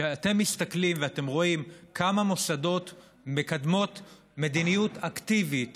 כשאתם מסתכלים ואתם רואים כמה מוסדות מקדמים מדיניות אקטיבית